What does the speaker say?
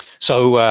so,